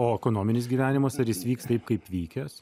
o ekonominis gyvenimas ar jis vyks taip kaip vykęs